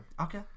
Okay